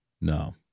no